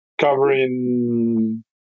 covering